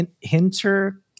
Hinter